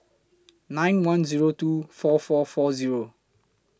nine one Zero two four four four Zero